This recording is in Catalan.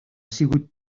sigut